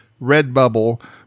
Redbubble